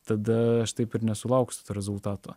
tada aš taip ir nesulauksiu to rezultato